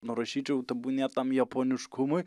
nurašyčiau tebūnie tam japoniškumui